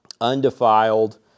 undefiled